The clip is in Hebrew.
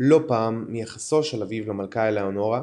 לא פעם מיחסו של אביו למלכה אלאונורה,